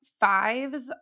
fives